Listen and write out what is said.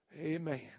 Amen